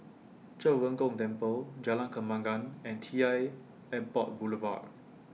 Zhen Ren Gong Temple Jalan Kembangan and T L Airport Boulevard